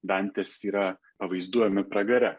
dantės yra pavaizduojami pragare